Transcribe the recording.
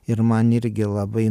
ir man irgi labai